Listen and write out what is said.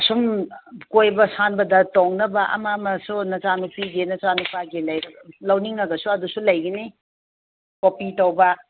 ꯁꯨꯝ ꯀꯣꯏꯕ ꯁꯥꯟꯕꯗ ꯇꯣꯡꯅꯕ ꯑꯃ ꯑꯃꯁꯨ ꯅꯆꯥ ꯅꯨꯄꯤꯒꯤ ꯅꯆꯥ ꯅꯨꯄꯥꯒꯤ ꯂꯧꯅꯤꯡꯂꯒꯁꯨ ꯑꯗꯨꯁꯨ ꯂꯩꯒꯅꯤ ꯀꯣꯄꯤ ꯇꯧꯕ